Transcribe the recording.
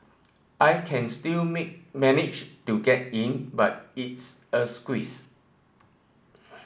I can still manage to get in but it's a squeeze